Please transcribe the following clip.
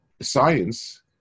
Science